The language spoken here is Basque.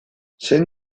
zein